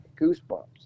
Goosebumps